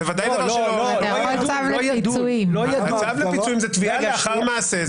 צו לפיצויים זאת תביעה לאחר מעשה,